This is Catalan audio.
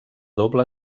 doble